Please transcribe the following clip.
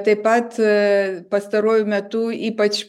taip pat pastaruoju metu ypač